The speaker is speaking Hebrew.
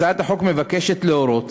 הצעת החוק מבקשת להורות